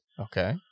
okay